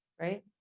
right